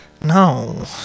no